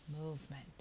movement